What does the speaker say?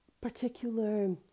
particular